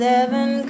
Seven